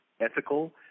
ethical